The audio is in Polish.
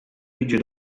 idzie